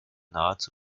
nahezu